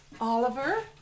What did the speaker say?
Oliver